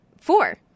Four